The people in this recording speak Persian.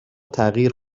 تغییر